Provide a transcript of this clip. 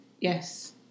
Yes